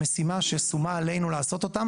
והן משימה ששומה עלינו לעשות אותה,